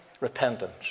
Repentance